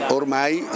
ormai